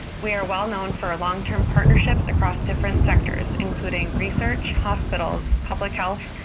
we are well known for long-term partnerships across different sectors, including research, hospitals, public health,